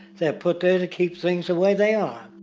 they are put there, to keep things the way they are.